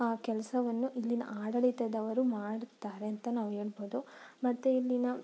ಕೆಲಸವನ್ನು ಇಲ್ಲಿನ ಆಡಳಿತದವರು ಮಾಡುತ್ತಾರೆಂತ ನಾವು ಹೇಳ್ಬೋದು ಮತ್ತು ಇಲ್ಲಿನ